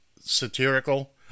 satirical